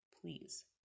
Please